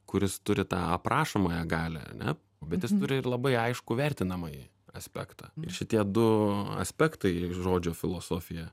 kuris turi tą aprašomąją galią ane bet jis turi ir labai aiškų vertinamąjį aspektą ir šitie du aspektai žodžio filosofija